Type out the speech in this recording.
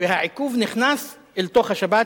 והעיכוב נכנס אל תוך השבת,